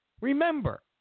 Remember